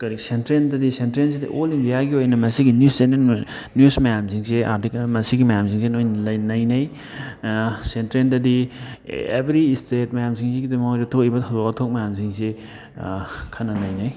ꯀꯔꯤ ꯁꯦꯟꯇ꯭ꯔꯦꯜꯗꯗꯤ ꯁꯦꯟꯇ꯭ꯔꯦꯜꯁꯤꯗ ꯑꯣꯜ ꯏꯟꯗꯤꯌꯥꯒꯤ ꯑꯣꯏꯅ ꯃꯁꯤꯒꯤ ꯅ꯭ꯌꯨꯁ ꯆꯦꯅꯦꯜ ꯅ꯭ꯌꯨꯁ ꯃꯌꯥꯝꯁꯤꯡꯁꯤ ꯑꯥꯔꯇꯤꯀꯜ ꯃꯁꯤꯒꯤ ꯃꯌꯥꯝꯁꯤꯡꯁꯤ ꯂꯣꯏ ꯅꯩꯅꯩ ꯁꯦꯟꯇ꯭ꯔꯦꯜꯗꯗꯤ ꯑꯦꯕ꯭ꯔꯤ ꯏꯁꯇꯦꯠ ꯃꯌꯥꯝꯁꯤꯡꯁꯤꯒꯤꯗ ꯃꯣꯏꯗ ꯊꯣꯛꯏꯕ ꯊꯧꯗꯣꯛ ꯋꯥꯊꯣꯛ ꯃꯌꯥꯝꯁꯤꯡꯁꯤ ꯈꯟꯅ ꯅꯩꯅꯩ